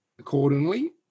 accordingly